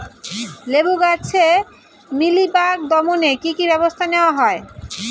লেবু গাছে মিলিবাগ দমনে কী কী ব্যবস্থা নেওয়া হয়?